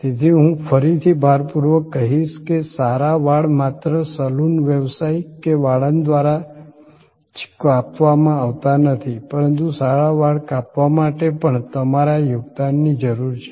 તેથી હું ફરીથી ભારપૂર્વક કહીશ કે સારા વાળ માત્ર સલૂન વ્યવસાયિ કે વાળંદ દ્વારા જ કાપવામાં આવતા નથી પરંતુ સારા વાળ કાપવા માટે પણ તમારા યોગદાનની જરૂર છે